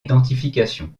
identification